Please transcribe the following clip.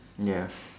ya